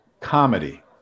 comedy